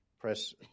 press